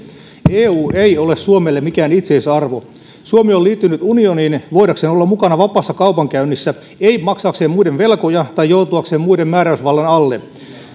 eu ei ole suomelle mikään itseisarvo suomi on liittynyt unioniin voidakseen olla mukana vapaassa kaupankäynnissä ei maksaakseen muiden velkoja tai joutuakseen muiden määräysvallan alle